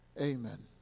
Amen